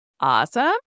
Awesome